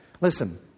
Listen